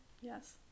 Yes